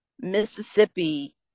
Mississippi